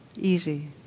easy